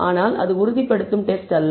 ஆனால் அது உறுதிப்படுத்தும் டெஸ்ட் அல்ல